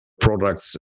products